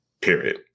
period